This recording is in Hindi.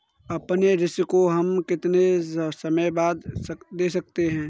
अपने ऋण को हम कितने समय बाद दे सकते हैं?